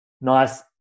nice